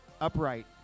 upright